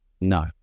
No